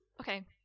Okay